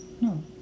No